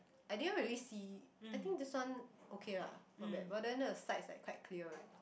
I didn't really see I think this one okay lah not bad but then the sides like quite clear